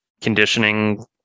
conditioning